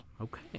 Okay